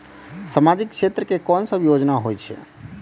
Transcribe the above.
समाजिक क्षेत्र के कोन सब योजना होय छै?